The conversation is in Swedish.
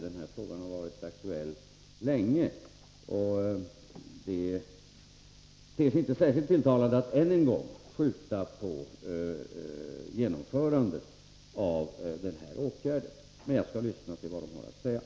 Den här frågan har varit aktuell länge, och det ter sig inte särskilt tilltalande att än en gång skjuta på genomförandet av denna åtgärd. Men jag skall lyssna till vad de har att säga.